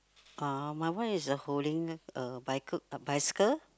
uh my one is a holding a bi~ bicycle